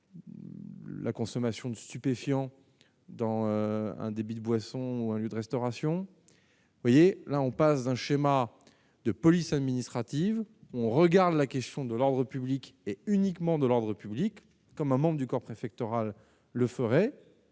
la consommation de stupéfiants dans un débit de boisson ou un lieu de restauration, vous voyez, là, on passe d'un schéma de police administrative, on regarde la question de l'ordre public. Et uniquement de l'ordre public comme un membre du corps préfectoral, le ferait